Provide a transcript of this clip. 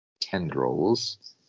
tendrils